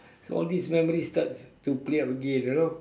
so all this memories starts to play up again you know